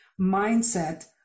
mindset